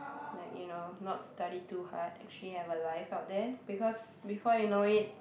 like you know not study too hard actually have a life out there because before you know it